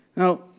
Now